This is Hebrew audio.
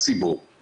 14 בדצמבר 2021,